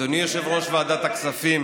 אדוני יושב-ראש ועדת הכספים